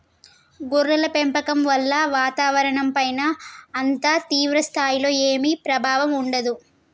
గొర్రెల పెంపకం వల్ల వాతావరణంపైన అంత తీవ్ర స్థాయిలో ఏమీ ప్రభావం ఉండదు